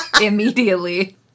immediately